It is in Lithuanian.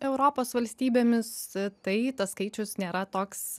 europos valstybėmis tai tas skaičius nėra toks